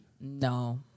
No